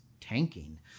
tanking